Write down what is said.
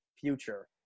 future